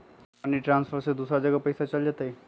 Money transfer से दूसरा जगह पईसा चलतई?